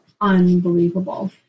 unbelievable